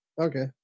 Okay